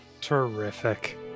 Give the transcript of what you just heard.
terrific